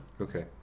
Okay